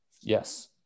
Yes